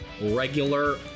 Regular